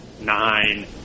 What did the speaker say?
nine